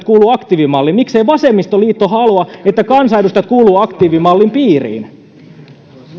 kuuluvat aktiivimalliin miksei vasemmistoliitto halua että kansanedustajat kuuluvat aktiivimallin piiriin